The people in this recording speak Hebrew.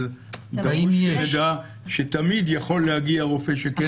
אבל דרוש שנדע שתמיד יכול להגיע רופא שכן עבר.